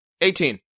Eighteen